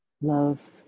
love